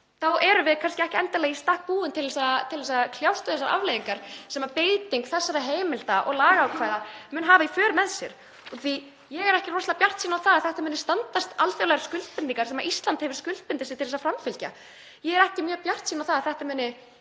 þá erum við kannski ekki endilega í stakk búin til þess að kljást við þær afleiðingar sem beiting þessara heimilda og lagaákvæða mun hafa í för með sér, því að ég er ekkert rosalega bjartsýn á að þetta muni standast alþjóðlegar skuldbindingar sem Ísland hefur skuldbundið sig til að framfylgja. Ég er ekki mjög bjartsýn á að þetta muni